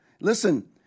listen